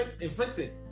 infected